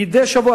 מדי שבוע.